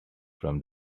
from